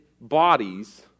bodies